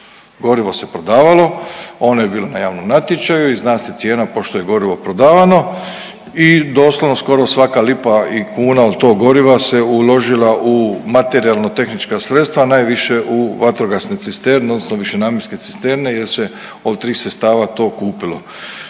gorivo se prodavalo ono je bilo na javnom natječaju i zna se cijena pošto je gorivo prodavano i doslovno skoro svaka lipa i kuna od tog goriva se uložila u materijalno tehnička sredstva, a najviše u vatrogasne cisterne odnosno višenamjenske cisterne jer se od tih sredstava to kupilo.